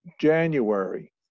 January